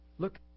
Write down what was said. Look